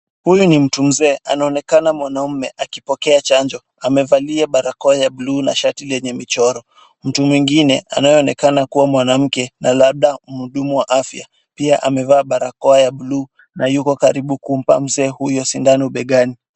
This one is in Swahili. Huyu ni mtu mzee anaonekana mwanamume akipokea chanjo, amevalia barakoa ya bluu na shati lenye michoro, mtu mwingine anayeonekana kuwa mwanamke na labda mhudumu wa afya pia amevaa barakoa ya bluu na yuko karibu kumpa mzee huyo sindano begani.